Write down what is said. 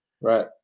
Right